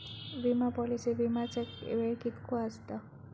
विमा पॉलिसीत विमाचो वेळ कीतको आसता?